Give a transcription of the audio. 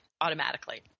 automatically